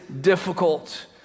difficult